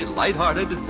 lighthearted